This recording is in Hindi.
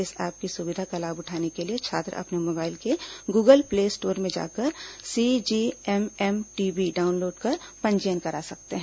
इस ऐप की सुविधा का लाभ उठाने के लिए छात्र अपने मोबाइल के गूगल प्ले स्टोर में जाकर सीजी एमएमटीबी डाउनलोड कर पंजीयन करा सकते हैं